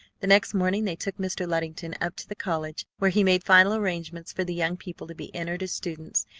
the next morning they took mr. luddington up to the college, where he made final arrangements for the young people to be entered as students,